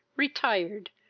retired,